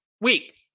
week